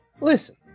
Listen